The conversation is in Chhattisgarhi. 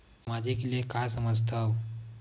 सामाजिक ले का समझ थाव?